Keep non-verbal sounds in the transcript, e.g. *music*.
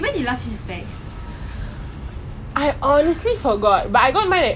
I think like *laughs* did you know I bought the black [one] cause they were having a sale